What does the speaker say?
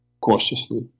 cautiously